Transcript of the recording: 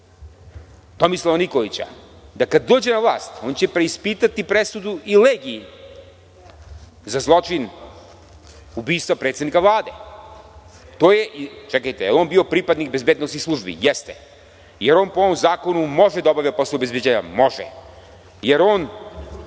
Tomislava Nikolića, da kad dođe na vlast on će preispitati presudu i Legiji za zločin ubistva predsednika Vlade. Čekajte, je li on bio pripadnik bezbednosnih službi? Jeste. Da li on po ovom zakonu može da obavlja poslove obezbeđenja? Može. Da li